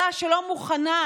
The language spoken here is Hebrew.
הממשלה כשלה בניהול.